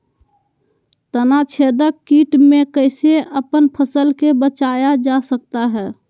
तनाछेदक किट से कैसे अपन फसल के बचाया जा सकता हैं?